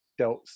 delts